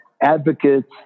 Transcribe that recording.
advocates